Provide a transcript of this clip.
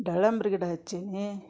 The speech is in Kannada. ದಾಳಂಬ್ರೆ ಗಿಡ ಹಚ್ಚೀನಿ